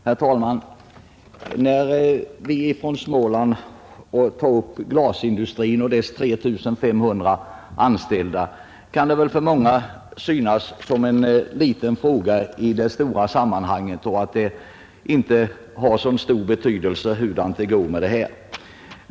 Herr talman! När vi från Småland tar upp problemet med glasindustrin och dess 3 500 anställda kan det väl för många synas vara en liten fråga i det stora sammanhanget. Man tycker kanske att det inte är så viktigt hur det går med den.